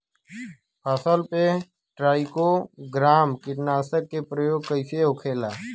फसल पे trichogramma कीटनाशक के प्रयोग कइसे होखेला?